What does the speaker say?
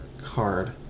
card